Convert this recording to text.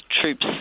troops